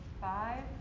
five